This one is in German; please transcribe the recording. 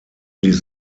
dies